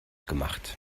gemacht